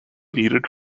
needed